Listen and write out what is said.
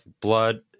blood